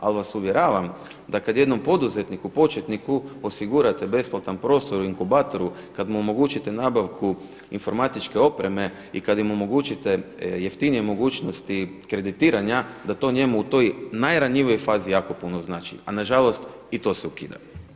Ali vas uvjeravam da kada jednom poduzetniku početniku osigurate besplatan prostor u inkubatoru, kada mu omogućite nabavku informatičke opreme i kada im omogućite jeftinije mogućnosti kreditiranja da to njemu u toj najranjivijoj fazi jako puno znači a nažalost i to se ukida.